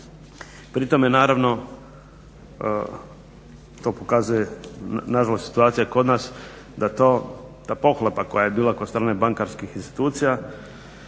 Pri tome naravno to pokazuje na žalost situacija kod nas da to, ta pohlepa koja je bila kod strane bankarskih institucija